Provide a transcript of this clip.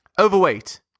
Overweight